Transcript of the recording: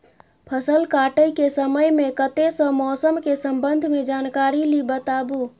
फसल काटय के समय मे कत्ते सॅ मौसम के संबंध मे जानकारी ली बताबू?